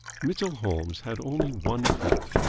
mitchell holmes had only one fault.